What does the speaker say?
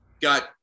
got